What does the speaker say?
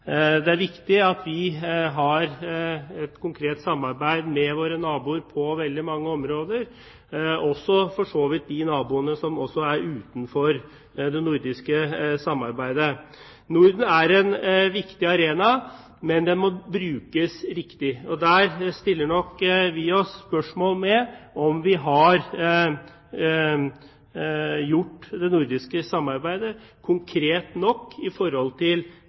Det er viktig at vi har et konkret samarbeid med våre naboer på veldig mange områder – for så vidt også de naboene som er utenfor det nordiske samarbeidet. Norden er en viktig arena, men den må brukes riktig. Der stiller vi oss nok spørsmålet om vi har gjort det nordiske samarbeidet konkret nok i forhold til